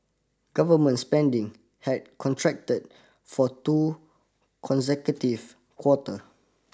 government spending had contracted for two consecutive quarter